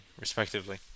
respectively